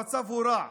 המצב הוא רע,